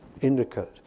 indicate